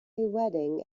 wedding